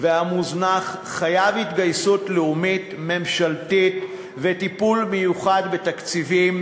והמוזנח מחייב התגייסות לאומית ממשלתית וטיפול מיוחד בתקציבים,